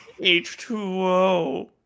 H2O